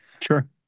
sure